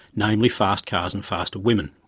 namely fast cars and faster women.